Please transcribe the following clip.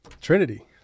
Trinity